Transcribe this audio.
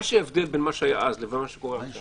ההבדל בין מה שהיה אז לבין מה שקורה עכשיו,